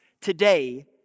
today